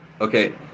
Okay